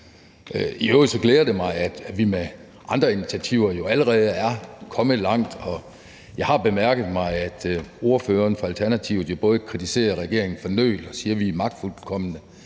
I øvrigt glæder det mig jo, at vi med andre initiativer allerede er kommet langt, og jeg har jo bemærket mig, at ordføreren for Alternativet både kritiserer regeringen for nøl og siger, at vi er magtfuldkomne.